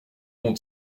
monde